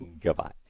Goodbye